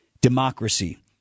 Democracy